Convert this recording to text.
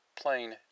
plane